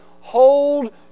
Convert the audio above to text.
hold